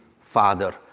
father